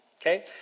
Okay